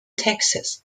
texas